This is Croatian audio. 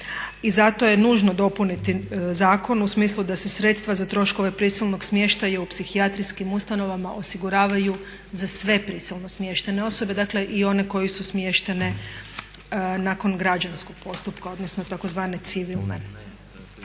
I zato je nužno dopuniti zakon u smislu da se sredstva za troškove prisilnog smještaja u psihijatrijskih ustanovama osiguravaju za sve prisilno smještene osobe, dakle i one koje su smještene nakon građanskog postupka, odnosno tzv. civilne.